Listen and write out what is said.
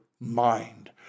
mind